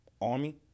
Army